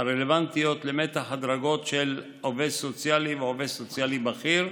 הרלוונטיות למתח הדרגות של עובד סוציאלי ועובד סוציאלי בכיר,